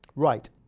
right.